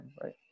right